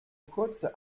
kurze